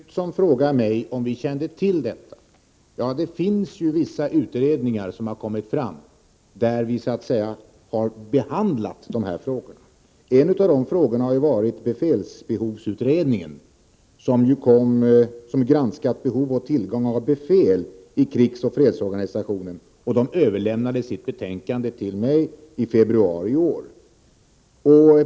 Herr talman! Göthe Knutson frågar mig om vi har känt till detta. Det finns vissa utredningar som kommit fram, där vi behandlat dessa frågor. En av dem har varit befälsbehovsutredningen, som granskat behovet av och tillgången på befäl i krigsoch fredsorganisationen. Utredningen överlämnade sitt betänkande till mig i februari i år.